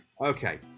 Okay